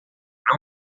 não